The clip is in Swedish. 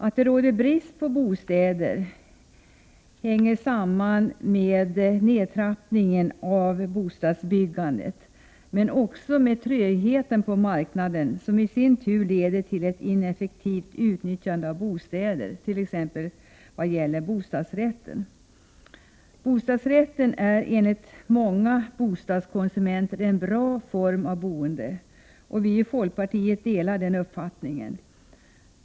Att det råder brist på bostäder hänger samman med nedtrappningen av bostadsbyggandet men också med trögheten på marknaden, som i sin tur leder till ett ineffektivt utnyttjande av bostäder, t.ex. vad gäller bostadsrätten. Bostadsrätten är enligt många bostadskonsumenter en bra form av boende, och folkpartiet delar den uppfattningen.